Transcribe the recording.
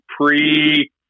pre